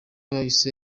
yahise